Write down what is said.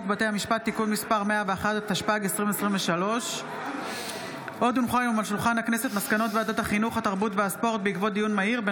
התשפ"ד 2024, לא אושרה, ותוסר מסדר-היום.